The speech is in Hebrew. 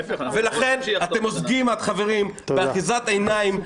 ולכן אתם עובדים על חברים באחיזת עיניים.